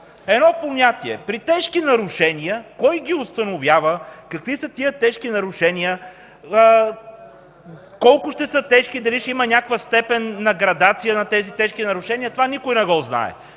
едно понятие „при тежки нарушения”. Кой ги установява, какви са тези тежки нарушения, колко ще са тежки, дали ще има някаква степен на градация на тези тежки нарушения? – Това никой не го знае.